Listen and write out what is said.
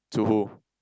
to who